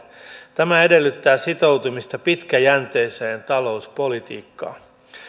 tämä edellyttää sitoutumista pitkäjänteiseen talouspolitiikkaan